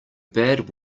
bad